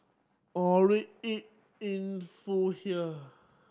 or read it in full here